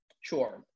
Sure